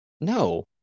No